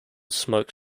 smoke